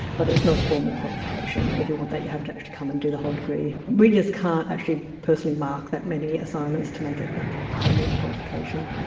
but it's not a formal qualification. if you want that you have to actually come and do the whole degree. we just can't actually personally mark that many assignments to make it a proper formal qualification,